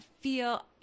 feel –